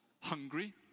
hungry